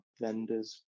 vendors